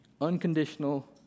Unconditional